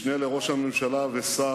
משה יעלון, משנה לראש הממשלה ושר,